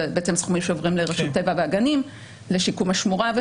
זה בעצם סכומים שעוברים לרשות הטבע והגנים לשיקום השמורה,